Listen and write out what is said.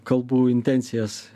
kalbų intencijas